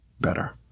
better